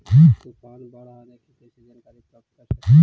तूफान, बाढ़ आने की कैसे जानकारी प्राप्त कर सकेली?